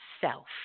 self